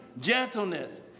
gentleness